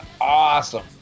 awesome